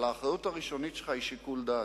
אבל האחריות הראשונית שלך היא שיקול דעת.